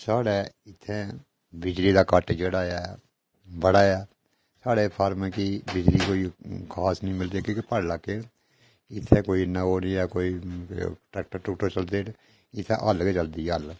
साढ़ै इत्थै बिजली दा कट्ट जेह्ड़ा ऐ बड़ा ऐ साढ़े फार्में गी बिजली कोई खास निं मिलदी ऐ की जे प्हाड़ी इलाके न इत्थै कोई इन्ने ओह् निं ऐ कोई ट्रैक्टर ट्रूक्टर चलदे निं इत्थै हल्ल गै चलदी ऐ हल्ल